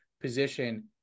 position